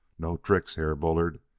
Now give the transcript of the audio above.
no tricks, herr bullard!